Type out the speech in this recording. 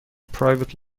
private